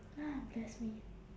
bless me